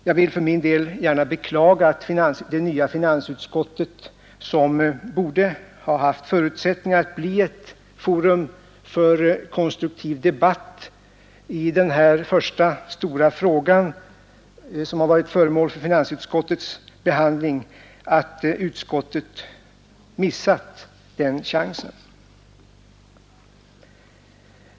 Jag vill för min del beklaga att det nya finansutskottet, som borde haft förutsättningar att bli ett forum för konstruktiv debatt, i denna första stora fråga som varit föremål för utskottets behandling missat den chansen.